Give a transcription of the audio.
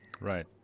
Right